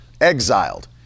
exiled